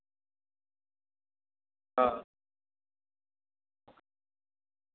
आं